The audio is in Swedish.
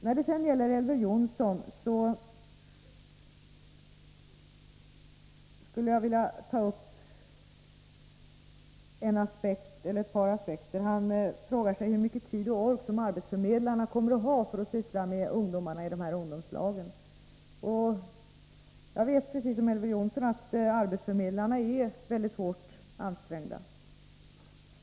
Jag skulle vilja ta upp ett par aspekter i anslutning till vad Elver Jonsson sade. Han frågar sig hur mycket tid och ork arbetsförmedlarna kommer att ha för att syssla med ungdomarna i ungdomslagen. Jag vet, precis som Elver Jonsson, att arbetsförmedlarna är mycket hårt ansträngda.